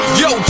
yo